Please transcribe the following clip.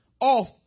off